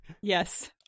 Yes